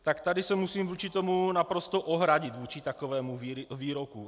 Tak tady se musím vůči tomu naprosto ohradit, vůči takovému výroku.